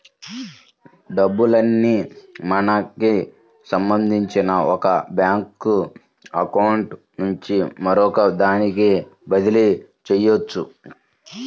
డబ్బుల్ని మనకి సంబంధించిన ఒక బ్యేంకు అకౌంట్ నుంచి మరొకదానికి బదిలీ చెయ్యొచ్చు